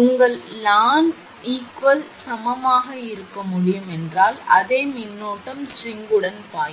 உங்கள் 𝐼𝑛 𝐼𝑛 equal க்கு சமமாக இருக்க முடியும் என்றால் அதே மின்னோட்டம் ஸ்ட்ரிங்குடன் பாயும்